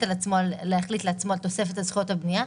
על עצמו על תוספת על זכויות הבנייה,